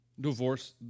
divorce